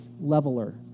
leveler